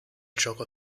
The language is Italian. gioco